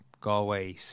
Galway